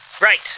Right